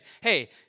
Hey